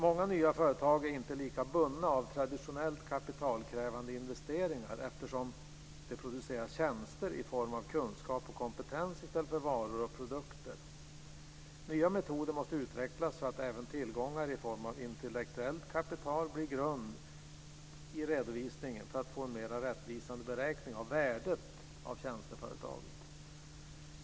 Många nya företag är inte lika bundna av traditionellt kapitalkrävande investeringar eftersom de producerar tjänster i form av kunskap och kompetens i stället för varor och produkter. Nya metoder måste utvecklas för att även tillgångar i form av intellektuellt kapital blir grund i redovisningen för att få en mer rättvisande beräkning av värdet av tjänsteföretaget.